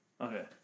Okay